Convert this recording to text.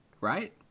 right